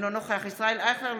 אינו נוכח ישראל אייכלר,